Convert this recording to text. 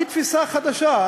היא תפיסה חדשה.